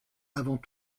avant